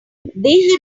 they